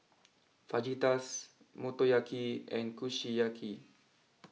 Fajitas Motoyaki and Kushiyaki